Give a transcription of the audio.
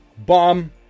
bomb